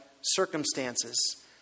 circumstances